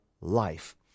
life